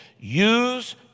use